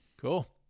Cool